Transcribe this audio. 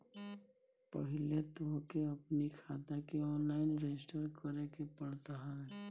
पहिले तोहके अपनी खाता के ऑनलाइन रजिस्टर करे के पड़त हवे